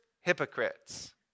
hypocrites